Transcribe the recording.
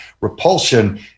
repulsion